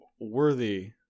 worthy